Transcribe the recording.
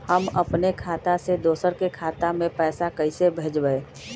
हम अपने खाता से दोसर के खाता में पैसा कइसे भेजबै?